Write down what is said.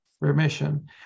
remission